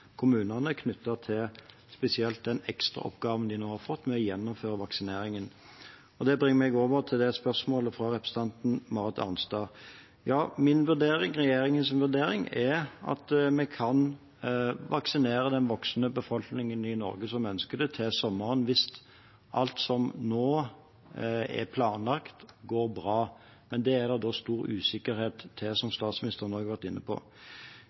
kommunene knyttet til spesielt den ekstraoppgaven de nå har fått med å gjennomføre vaksineringen. Det bringer meg over til spørsmålet fra representanten Marit Arnstad. Ja, min vurdering, regjeringens vurdering, er at vi kan ha vaksinert den voksne befolkningen i Norge som ønsker det, til sommeren, hvis alt som nå er planlagt, går bra. Men det er det stor usikkerhet rundt, som statsministeren også har vært inne på.